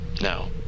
Now